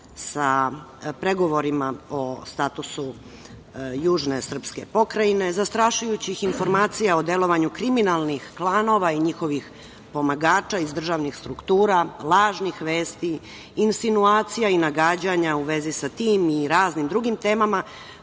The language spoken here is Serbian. sa pregovorima o statusu južne srpske pokrajine, zastrašujućih informacija o delovanju kriminalnih klanova i njihovih pomagača iz državnih struktura, lažnih vesti, insinuacija i nagađanja u vezi sa tim i raznim drugim temama,